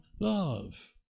love